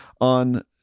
on